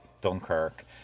Dunkirk